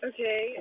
Okay